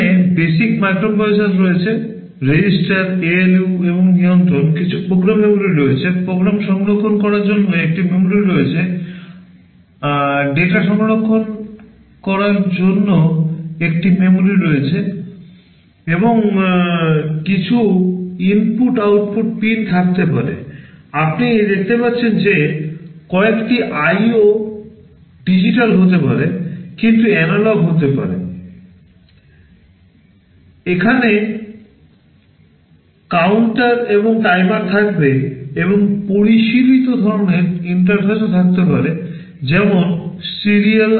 এখানে basic microprocessor রয়েছে register ALU এবং নিয়ন্ত্রণ কিছু প্রোগ্রাম memory আছে প্রোগ্রাম সংরক্ষণ করার জন্য একটি memory রয়েছে আপনার ডেটা interrupt ইত্যাদি